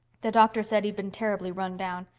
the doctor said he'd been terribly run down.